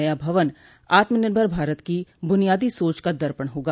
नया भवन आत्मनिर्भर भारत की बुनियादी सोच का दर्पण होगा